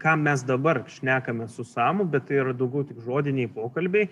ką mes dabar šnekame su samu bet tai yra daugiau tik žodiniai pokalbiai